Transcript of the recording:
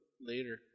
later